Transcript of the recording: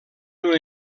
una